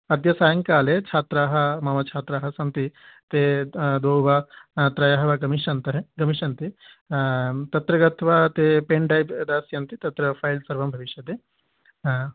अद्य सायङ्काले छात्राः मम छात्राः सन्ति ते द्वौ वा त्रयः वा गमिष्यन्तरे गमिष्यन्ति तत्र गत्वा ते पेन्डैव् दास्यन्ति तत्र फ़ैल् सर्वं भविष्यति हा